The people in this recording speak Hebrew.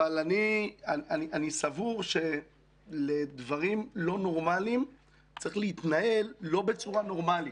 אבל אני סבור שלדברים לא נורמליים צריך להתנהל לא בצורה נורמלית.